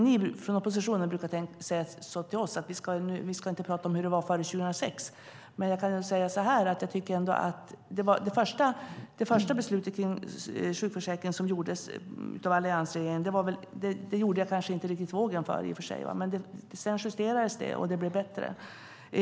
Ni från oppositionen brukar säga till oss att vi inte ska prata om hur det var före 2006, men jag tycker att det första beslutet som gjordes kring sjukförsäkringen av alliansregeringen - det gjorde jag kanske inte vågen för - justerades och blev bättre.